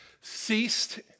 ceased